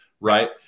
Right